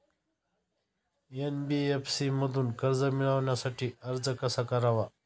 NBFC मधून कर्ज मिळवण्यासाठी अर्ज कसा करावा?